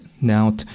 Now